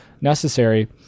necessary